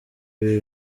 ibi